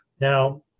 Now